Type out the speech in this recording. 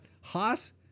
Haas